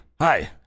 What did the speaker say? Hi